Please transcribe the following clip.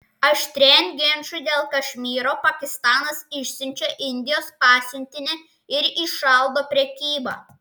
aštrėjant ginčui dėl kašmyro pakistanas išsiunčia indijos pasiuntinį ir įšaldo prekybą